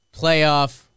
playoff